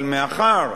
אבל מאחר